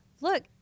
look